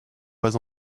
pas